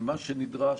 מה שנדרש,